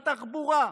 לתחבורה,